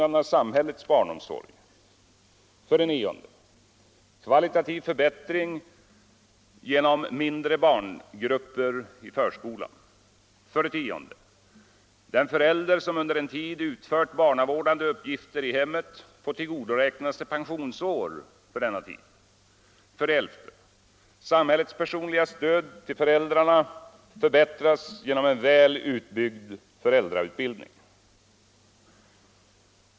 En satsning sker på att öka takten i utbyggnaden av samhällets barnomsorg.